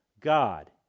God